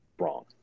wrong